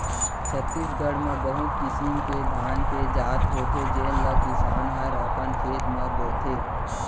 छत्तीसगढ़ म बहुत किसिम के धान के जात होथे जेन ल किसान हर अपन खेत म बोथे